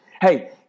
Hey